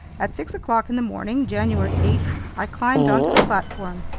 at six o'clock in the morning, january eight, i climbed onto the platform.